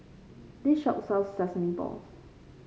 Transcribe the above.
this shop sells Sesame Balls